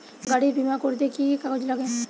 গাড়ীর বিমা করতে কি কি কাগজ লাগে?